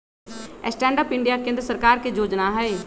stand up India केंद्र सरकार के जोजना हइ